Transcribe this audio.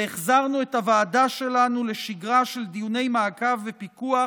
והחזרנו את הוועדה שלנו לשגרה של דיוני מעקב ופיקוח